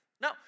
No